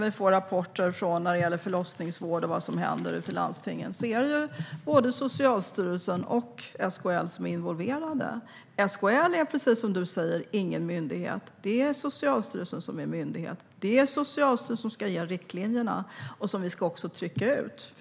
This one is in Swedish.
I de rapporter vi får om förlossningsvården och vad som händer ute i landstingen är ju både Socialstyrelsen och SKL involverade. SKL är, precis om Katarina Brännström säger, ingen myndighet. Det är Socialstyrelsen som är myndigheten. Det är Socialstyrelsen som ska ge riktlinjerna, som vi också ska trycka ut.